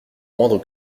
moindre